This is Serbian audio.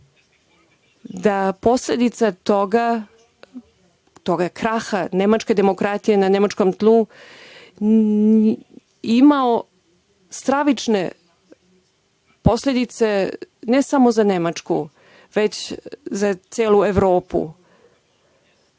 da posledica toga, tog kraha nemačke demokratije na nemačkom tlu, imao bi stravične posledice, ne samo za Nemačku, već i za celu Evropu,